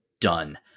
done